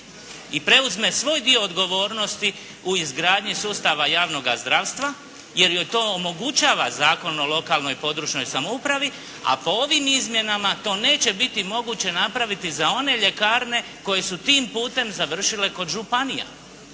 i preuzme svoj dio odgovornosti u izgradnji sustava javnoga zdravstva jer joj to omogućava Zakon o lokalnoj i područnoj samoupravi, a po ovim izmjenama to neće biti moguće napraviti za one ljekarne koje su tim putem završile kod županija.